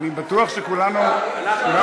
אני בטוח שכולנו ------------- כולנו